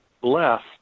blessed